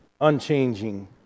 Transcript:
unchanging